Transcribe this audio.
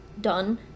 done